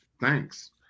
thanks